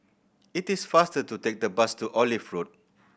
it is faster to take the bus to Olive Road